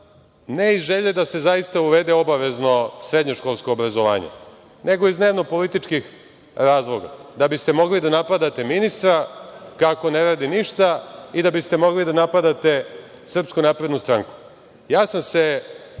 ne iz želje da se zaista uvede obavezno srednješkolsko obrazovanje, nego iz dnevno političkih razloga, da biste mogli da napadate ministra kako ne radi ništa i da biste mogli da napadate SNS.Naslušao sam se